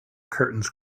curtains